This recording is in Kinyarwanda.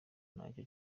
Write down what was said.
nacyo